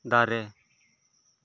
ᱫᱟᱨᱮᱹ